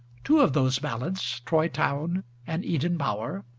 two of those ballads troy town and eden bower,